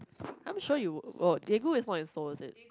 I'm sure you would oh Daegu is not Seoul is it